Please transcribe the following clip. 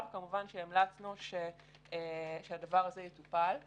לאחר הגל התעסוקתי הראשון,